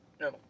No